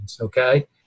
Okay